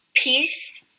Peace